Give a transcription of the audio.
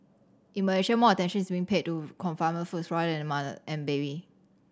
in Malaysia more attention is being paid to confinement foods rather than the mother and baby